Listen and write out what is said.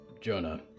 Jonah